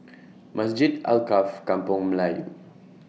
Masjid Alkaff Kampung Melayu